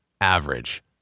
average